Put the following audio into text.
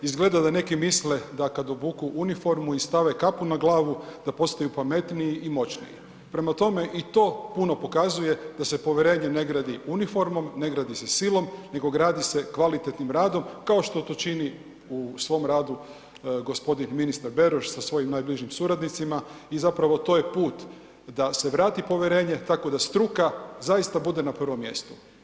Izgleda da neki misle da kada obuku uniformu i stave kapu na glavu da postaju pametniji i moćniji, prema tome i to puno pokazuje da se povjerenje ne gradi uniformom, ne gradi se silom nego gradi se kvalitetnim radom kao što to čini u svom radu gospodin ministar Beroš sa svojim najbližim suradnicima i zapravo to je put da se vrati povjerenje tako da struka zaista bude na prvom mjestu.